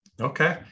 Okay